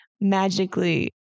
magically